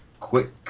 Quick